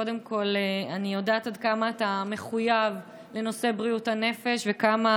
אני יודעת עד כמה אתה מחויב לנושא בריאות הנפש וכמה